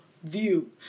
view